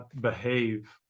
behave